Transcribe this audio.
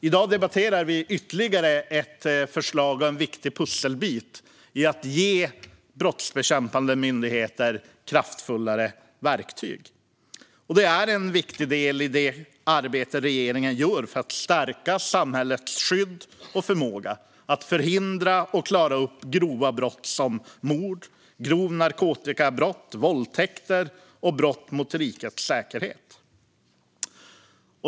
I dag debatterar vi ytterligare ett förslag och en viktig pusselbit i att ge brottsbekämpande myndigheter kraftfullare verktyg. Det är en viktig del i det arbete regeringen gör för att stärka samhällets skydd och förmåga att förhindra och klara upp grova brott som mord, grova narkotikabrott, våldtäkter och brott mot rikets säkerhet.